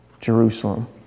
Jerusalem